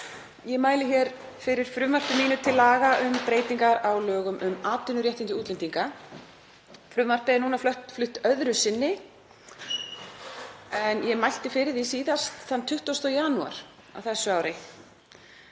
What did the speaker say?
Ég mæli hér fyrir frumvarpi mínu til laga um breytingar á lögum um atvinnuréttindi útlendinga. Frumvarpið er flutt öðru sinni en ég mælti fyrir því síðast þann 20. janúar á þessu ári.